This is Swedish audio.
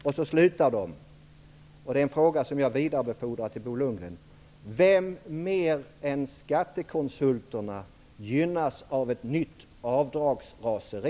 Artikeln avslutas med en fråga som jag vidarebefordrar till Bo Lundgren: Vilka mer än skattekonsulterna gynnas av ett nytt avdragsraseri?